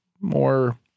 more